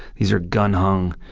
these are gun-hung,